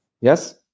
Yes